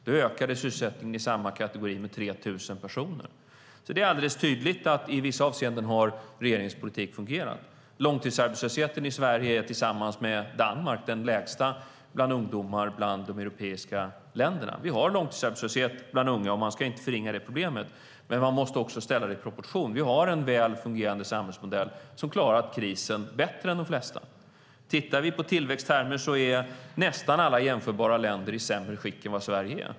Då ökade sysselsättningen för samma kategori med 3 000 personer. Det är alldeles tydligt att i vissa avseenden har regeringens politik fungerat. Långtidsarbetslösheten i Sverige och Danmark är den lägsta bland ungdomar i de europeiska länderna. Vi har långtidsarbetslöshet bland unga. Man ska inte förringa det problemet, men det måste ställas i proportion till övrigt. Vi har en väl fungerande samhällsmodell som klarat krisen bättre än de flesta. Tittar vi på tillväxttermer är nästan alla jämförbara länder i sämre skick än Sverige.